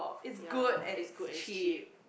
ya it's good and it's cheap